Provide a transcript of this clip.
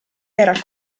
era